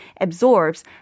absorbs